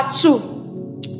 two